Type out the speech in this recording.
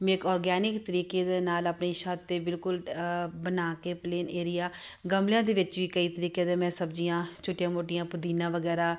ਮੈਂ ਇੱਕ ਔਰਗੈਨਿਕ ਤਰੀਕੇ ਦੇ ਨਾਲ ਆਪਣੀ ਛੱਤ 'ਤੇ ਬਿਲਕੁਲ ਬਣਾ ਕੇ ਪਲੇਨ ਏਰੀਆ ਗਮਲਿਆਂ ਦੇ ਵਿੱਚ ਵੀ ਕਈ ਤਰੀਕੇ ਦੇ ਮੈਂ ਸਬਜ਼ੀਆਂ ਛੋਟੀਆਂ ਮੋਟੀਆਂ ਪੁਦੀਨਾ ਵਗੈਰਾ